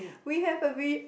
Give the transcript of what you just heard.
we have a vi~